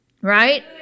Right